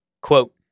Quote